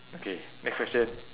okay next question